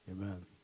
Amen